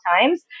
times